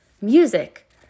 Music